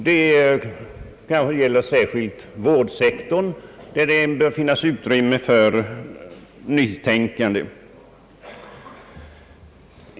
Detta gäller särskilt vårdsektorn, där det bör finnas utrymme för nytänkande.